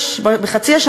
מהחי,